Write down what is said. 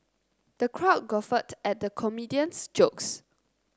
the crowd guffawed at the comedian's jokes